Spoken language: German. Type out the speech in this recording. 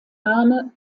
arme